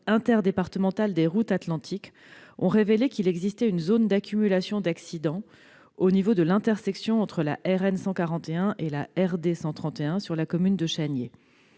interdépartementale des routes Atlantique ont révélé qu'il existait une zone d'accumulation d'accidents au niveau de l'intersection entre la RN 141 et la RD 131 sur la commune de Chaniers.